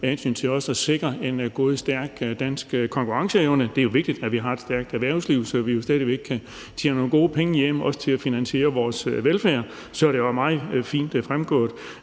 ordfører, også at sikre en god, stærk dansk konkurrenceevne. Det er vigtigt, at vi har et stærkt erhvervsliv, så vi stadig væk tjener nogle gode penge hjem, også til at finansiere vores velfærd. Så det fremgik meget fint af både